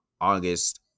August